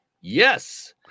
yes